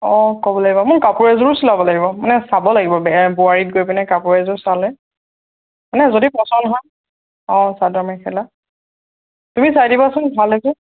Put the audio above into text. অঁ ক'ব লাগিব মোৰ কাপোৰ এযোৰো চিলাব লাগিব মানে চাব লাগিব বোৱাৰীত গৈ পিনে কাপোৰ এযোৰ চালে মানে যদি পচন্দ হয় অঁ চাদৰ মেখেলা তুমি চাই দিবাচোন ভাল এযোৰ